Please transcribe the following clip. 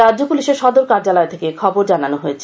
রাজ্য পুলিশের সদর কার্যালয় থেকে এই থবর জানানো হয়েছে